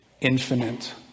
infinite